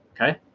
okay